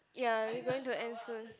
ya we going to end soon